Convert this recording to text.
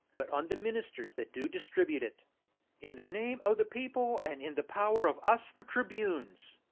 but on the ministers that do distribute it in the name o' the people, and in the power of us the tribunes,